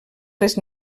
les